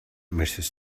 mrs